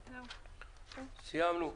סיימנו.